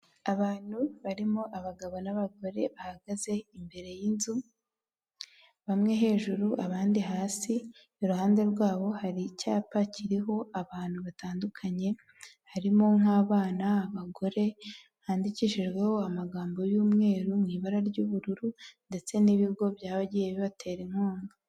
Abantu barimo abagabo, n'abagore, bahagaze imbere y'inzu, bamwe hejuru, abandi hasi, iruhande rwabo hari icyapa kiriho abantu batandukanye, harimo nk'abana, abagore, handikishijweho amagambo y'umweru, mu ibara ry'ubururu, ndetse n'ibigo byagiye bibatera inkunga.